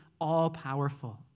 all-powerful